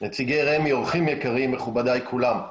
נציגי רמ"י, אורחים יקרים, מכובדיי כולם,